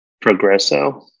Progresso